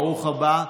ברוך הבא.